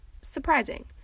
surprising